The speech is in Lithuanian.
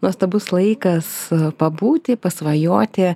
nuostabus laikas pabūti pasvajoti